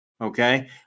Okay